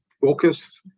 focus